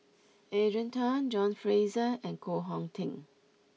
Adrian Tan John Fraser and Koh Hong Teng